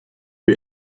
wir